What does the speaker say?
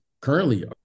currently